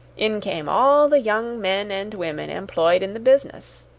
in came all the young men and women employed in the business.